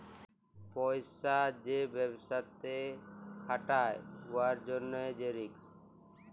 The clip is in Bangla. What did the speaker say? পইসা যে গুলা ব্যবসাতে খাটায় উয়ার জ্যনহে যে রিস্ক